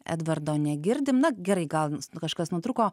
edvardo negirdim na gerai gal kažkas nutrūko